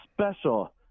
special